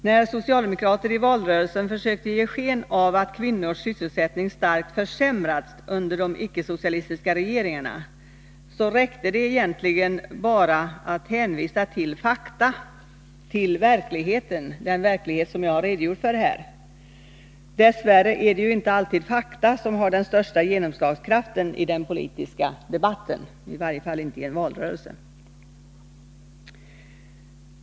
När socialdemokraterna i valrörelsen försökte ge sken av att kvinnornas sysselsättning starkt försämrats under de icke-socialistiska regeringarna, räckte det egentligen att bara hänvisa till fakta, till verkligheten — den verklighet som jag har redogjort för här. Dess värre är det inte alltid fakta som har den största genomslagskraften i den politiska debatten — i varje fall inte i en valrörelse.